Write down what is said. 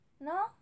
No